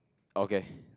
okay